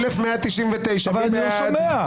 1,204 מי בעד?